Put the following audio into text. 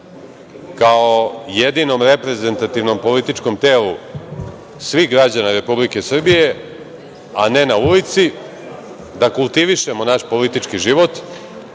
kao jedinom reprezentativnom političkom telu svih građana Republike Srbije a ne na ulici, da kultivišemo naš politički život,